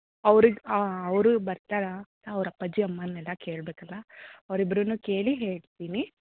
ಅವರಿಗೆ ಅವರು ಬರ್ತಾರಾ ಅವರ ಅಪ್ಪಾಜಿ ಅಮ್ಮನ್ನೆಲ್ಲ ಕೇಳಬೇಕಲ್ಲ ಅವರಿಬ್ಬರನ್ನೂ ಕೇಳಿ ಹೇಳ್ತೀನಿ